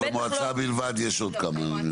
לא, במועצה בלבד יש עוד כמה.